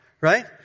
Right